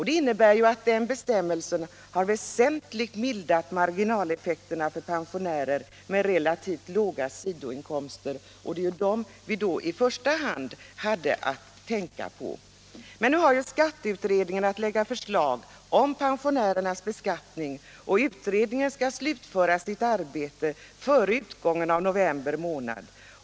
Det innebär att den här bestämmelsen väsentligt mildrar marginaleffekterna för pensionärer med relativt låga sidoinkomster, och det var i första hand dem vi hade att tänka på. Nu har skatteutredningen att framlägga förslag om pensionärernas beskattning. Utredningen skall slutföra sitt arbete före utgången av november månad.